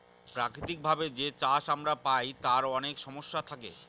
প্রাকৃতিক ভাবে যে চাষ আমরা পায় তার অনেক সমস্যা থাকে